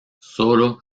sólo